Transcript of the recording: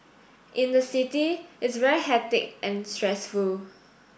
in the city it's very hectic and stressful